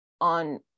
on